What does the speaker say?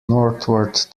northward